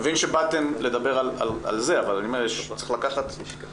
אני מבין שבאתם לדבר על זה אבל אני אומר שיש עוד מקומות.